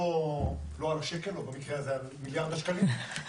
לא על השקל או על מיליארד השקלים,